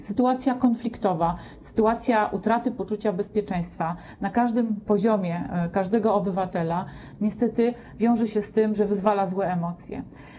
Sytuacja konfliktowa, sytuacja utraty poczucia bezpieczeństwa na każdym poziomie, każdego obywatela niestety wiąże się z tym, że wyzwala złe emocje.